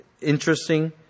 interesting